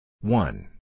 One